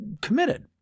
committed